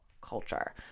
culture